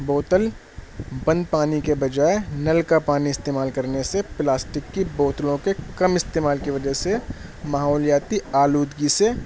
بوتل بند پانی کے بجائے نل کا پانی استعمال کرنے سے پلاسٹک کی بوتلوں کے کم استعمال کی وجہ سے ماحولیاتی آلودگی سے